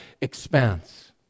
expanse